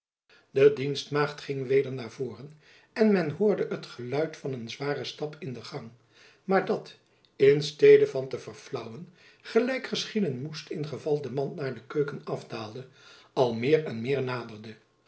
de dienstmaagd ging weder naar voren en men hoorde het geluid van een zwaren stap in den gang maar dat in stede van te verflaauwen gelijk geschieden moest in geval de man naar de keuken afdaalde al meer en meer naderde